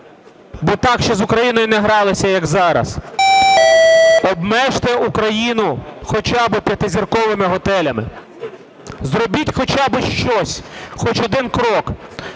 бо так ще з Україною не гралися, як зараз, обмежте Україну хоча б 5-зірковими готелями. Зробіть хоча б щось, хоч один крок.